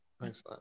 Thanks